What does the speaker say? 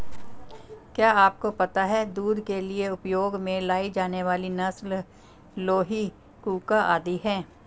क्या आपको पता है दूध के लिए उपयोग में लाई जाने वाली नस्ल लोही, कूका आदि है?